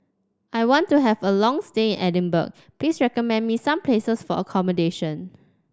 I want to have a long stay in Edinburgh please recommend me some places for accommodation